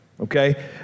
okay